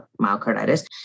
myocarditis